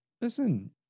Listen